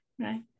Right